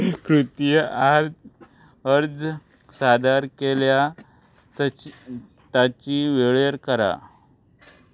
कृतीय आर् अर्ज सादर केल्या ताची ताची वेळेर करा